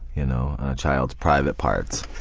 you know a child's private parts.